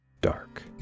dark